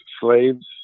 slaves